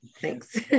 Thanks